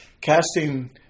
Casting